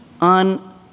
on